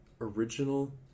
original